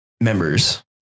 members